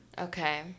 Okay